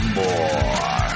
more